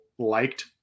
liked